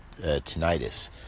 tinnitus